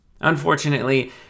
Unfortunately